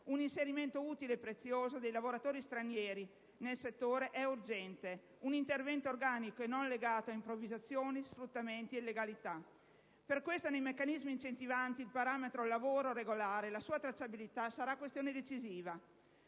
un inserimento utile e prezioso dei lavoratori stranieri nel settore, un intervento organico e non legato alle improvvisazioni, allo sfruttamento ed all'illegalità. Per questo motivo nei meccanismi incentivanti il parametro «lavoro regolare» la sua tracciabilità sarà questione decisiva.